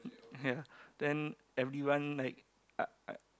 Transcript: ya then everyone like uh uh